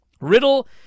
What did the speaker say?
Riddle